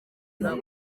yabo